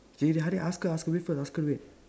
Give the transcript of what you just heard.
K Harid ask her ask her wait ask her wait